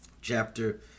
chapter